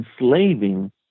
enslaving